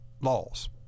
laws